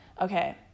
Okay